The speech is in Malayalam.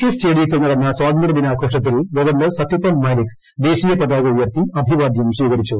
കെ സ്റ്റേഡിയത്തിൽ നടന്ന സ്വാതന്ത്ര്യ ദിനാഘോഷത്തിൽ ഗവർണർ സത്യപാൽ മാലിക് ദേശീയ പതാക ഉയർത്തി അഭിവാദ്യം സ്വീകരിച്ചു